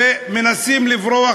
במגזר החרדי,